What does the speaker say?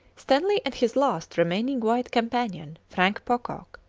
stanley and his last remaining white companion, frank pocock,